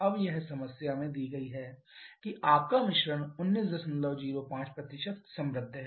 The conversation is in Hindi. अब यह समस्या में दी गई है कि आपका मिश्रण 1905 समृद्ध है